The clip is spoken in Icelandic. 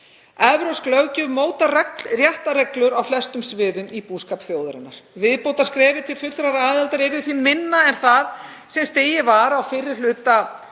Evrópsk löggjöf mótar réttarreglur á flestum sviðum í búskap þjóðarinnar. Viðbótarskrefið til fullrar aðildar yrði því minna en það sem stigið var á fyrri hluta